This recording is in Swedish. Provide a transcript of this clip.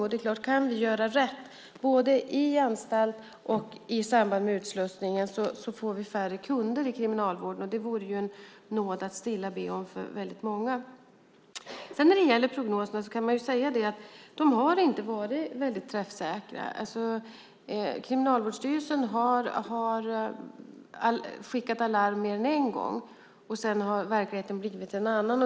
Om vi kan göra rätt både i anstalt och i samband med utslussningen får vi färre kunder i Kriminalvården, och det vore en nåd att stilla be om för många. Prognoserna har inte varit så träffsäkra. Kriminalvårdsstyrelsen har slagit larm mer än en gång, och sedan har verkligheten blivit en annan.